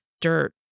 dirt